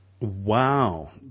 Wow